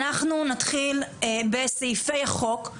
אנחנו נתחיל בסעיפי החוק.